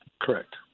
Correct